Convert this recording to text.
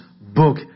book